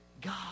God